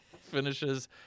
finishes